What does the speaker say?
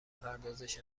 پردازش